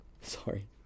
sorry